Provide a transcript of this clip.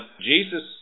Jesus